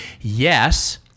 Yes